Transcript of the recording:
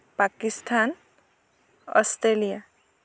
Pakistan Australia